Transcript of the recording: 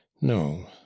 no